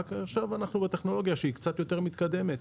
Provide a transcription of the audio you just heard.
רק עכשיו אנחנו בטכנולוגיה שהיא קצת יותר מתקדמת.